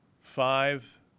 five